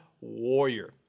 warrior